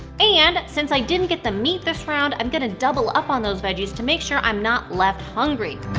and, since i didn't get the meat this round, i'm going to double up on those veggies to make sure i'm not left hungry.